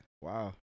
Wow